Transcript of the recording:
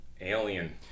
Alien